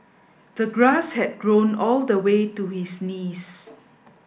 the grass had grown all the way to his knees